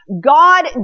God